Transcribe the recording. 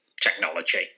technology